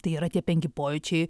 tai yra tie penki pojūčiai